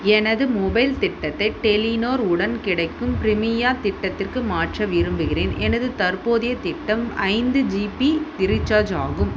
எனது மொபைல் திட்டத்தை டெலிநோர் உடன் கிடைக்கும் ப்ரிமியா திட்டத்திற்கு மாற்ற விரும்புகிறேன் எனது தற்போதைய திட்டம் ஐந்து ஜிபி ரீசார்ஜ் ஆகும்